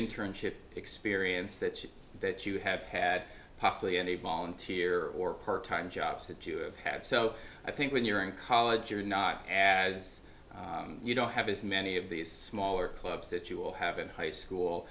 internship experience that you that you have had possibly any volunteer or part time jobs that you had so i think when you're in college you're not as you don't have as many of these smaller clubs that you will have in high school